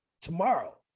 tomorrow